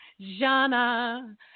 Jana